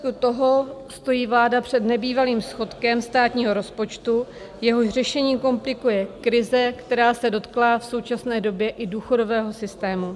V důsledku toho stojí vláda před nebývalým schodkem státního rozpočtu, jehož řešení komplikuje krize, která se dotkla v současné době i důchodového systému.